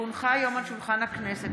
כי הונחו היום על שולחן הכנסת,